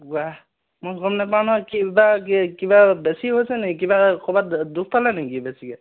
ওৱা মই গম নাপাওঁ নহয় কি বা কিবা বেছি হৈছে নেকি কিবা ক'ৰবাত দুখ পালে নেকি বেছিকৈ